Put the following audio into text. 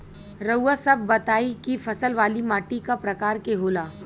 रउआ सब बताई कि फसल वाली माटी क प्रकार के होला?